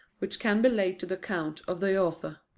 which can be laid to the account of the author.